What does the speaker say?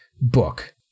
book